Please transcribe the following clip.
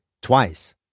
twice